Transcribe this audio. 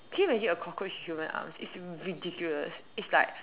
can you imagine a cockroach with human arms it's ridiculous it's like